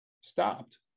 stopped